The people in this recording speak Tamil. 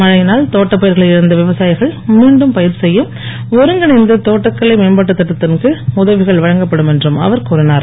மழையினால் தோட்டப்பயிர்களை இழந்த விவசாயிகள் மீண்டும் பயிர் செய்ய ஒருங்கிணைந்த தோட்டக்கலை மேம்பாட்டுத் திட்டத்தின் கீழ் உதவிகள் வழங்கப்படும் என்றும் அவர் கூறினார்